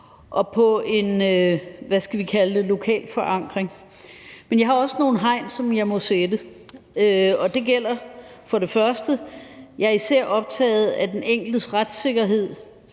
og på en, hvad skal vi kalde det, lokal forankring. Men jeg har også nogle hegnspæle, som jeg må sætte. Det gælder for det første, hvad jeg især er optaget af, nemlig at den enkeltes retssikkerhed